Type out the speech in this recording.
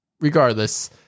Regardless